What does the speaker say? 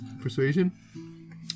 Persuasion